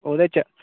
ओह्दे च